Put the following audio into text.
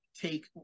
take